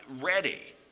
ready